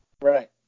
Right